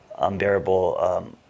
unbearable